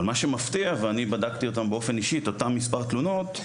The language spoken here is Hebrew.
אני בדקתי באופן אישי את אותן מספר תלונות,